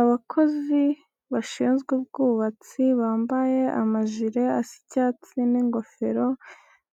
Abakozi bashinzwe ubwubatsi bambaye amajire asa icyatsi n'ingofero